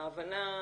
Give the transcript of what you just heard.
ההבנה,